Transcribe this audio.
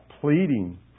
pleading